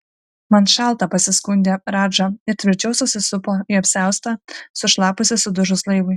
man šalta pasiskundė radža ir tvirčiau susisupo į apsiaustą sušlapusį sudužus laivui